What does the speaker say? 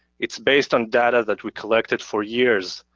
it's based on data that we collected for years,